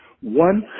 One